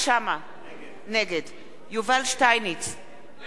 נגד יובל שטייניץ, נגד